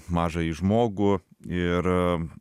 mažąjį žmogų ir